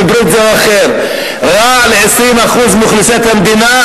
רע ל-20% מאוכלוסיית המדינה,